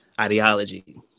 ideology